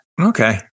Okay